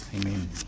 Amen